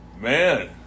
man